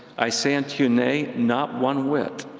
i say unto you, nay not one whit.